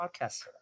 podcast